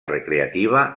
recreativa